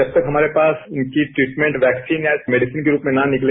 जब तक हमारे पास उनकी ट्रीटमेंट वैक्सीन या मेबिसिन के रूप में न निकले